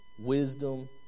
wisdom